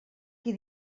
qui